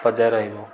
ବଜାୟ ରହିବ